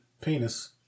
penis